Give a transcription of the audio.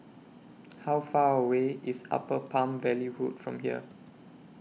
How Far away IS Upper Palm Valley Road from here